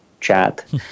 chat